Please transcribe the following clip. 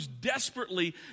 desperately